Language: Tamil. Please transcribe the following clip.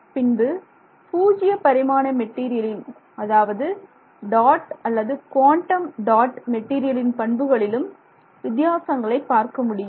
பின்பு பூஜ்ஜிய பரிமாண மெட்டீரியலில் அதாவது டாட் அல்லது குவாண்டம் டாட் மெட்டீரியலின் பண்புகளிலும் வித்தியாசங்களை பார்க்க முடியும்